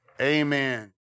amen